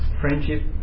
friendship